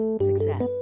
success